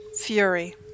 fury